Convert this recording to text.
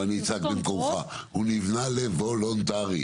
אני אצעק במקומך הוא נבנה לוולונטרי.